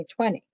2020